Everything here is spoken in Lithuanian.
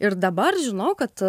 ir dabar žinau kad